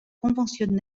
conventionnel